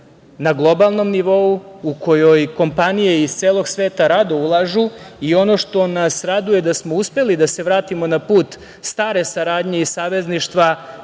na globalnom nivou, u kojoj kompanije iz celog sveta rado ulažu i raduje nas da smo uspeli da se vratimo na put stare saradnje i savezništva